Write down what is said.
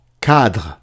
cadre